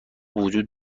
وجود